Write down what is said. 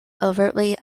overtly